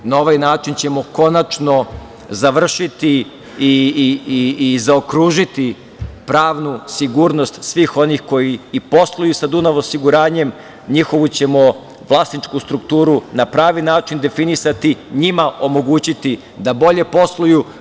Na ovaj način ćemo konačno završiti i zaokružiti pravnu sigurnost svih onih koji posluju sa „Dunav osiguranjem“, njihovu ćemo vlasničku strukturu na pravi način definisati, njima omogućiti da bolje posluju.